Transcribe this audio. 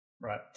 Right